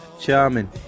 charming